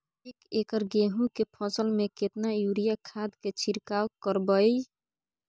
एक एकर गेहूँ के फसल में केतना यूरिया खाद के छिरकाव करबैई?